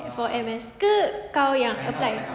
for M_S ke kau yang apply